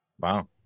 Wow